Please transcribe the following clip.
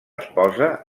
esposa